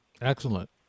Excellent